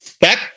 back